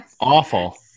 awful